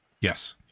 Yes